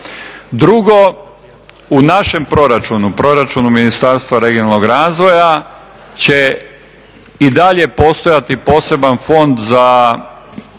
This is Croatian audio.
Drugo, u našem proračunu, proračunu Ministarstva regionalnog razvoja će i dalje postojati poseban fond za